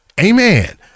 Amen